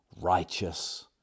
righteous